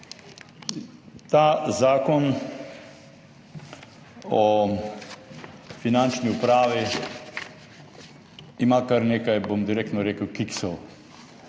Zakon o finančni upravi ima kar nekaj, bom direktno rekel, kiksov